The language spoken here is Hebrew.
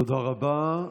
תודה רבה.